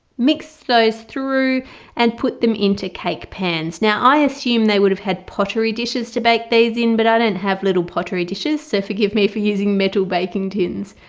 mix those through and put them into cake pans. now i assume they would have had pottery dishes to bake these in but i don't have little pottery dishes so forgive me for using metal baking tins.